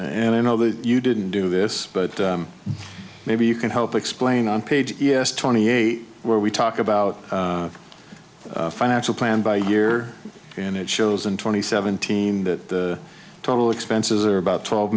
and i know that you didn't do this but maybe you can help explain on page twenty eight where we talk about a financial plan by year and it shows in twenty seventeen that total expenses are about twelve